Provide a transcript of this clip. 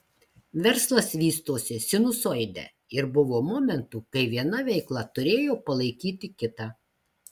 verslas vystosi sinusoide ir buvo momentų kai viena veikla turėjo palaikyti kitą